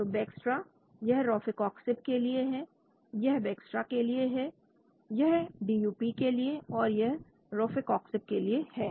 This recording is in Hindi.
तो Bextra यह रोफैकॉक्सिब के लिए है यह Bextra के लिए है यह DuP के लिए और यह रोफैकॉक्सिब के लिए है